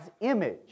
image